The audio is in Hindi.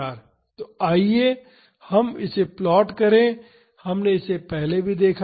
तो आइए हम इसे प्लॉट करें हमने इसे पहले भी देखा है